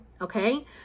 okay